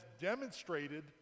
demonstrated